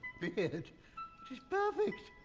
it it is perfect!